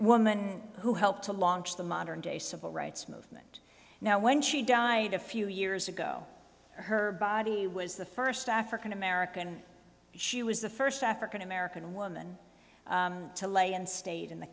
woman who helped to launch the modern day civil rights movement now when she died a few years ago her body was the first african american she was the first african american woman to lay in state in the